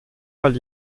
weil